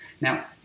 Now